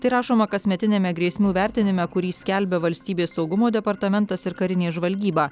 tai rašoma kasmetiniame grėsmių vertinime kurį skelbia valstybės saugumo departamentas ir karinė žvalgyba